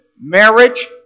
marriage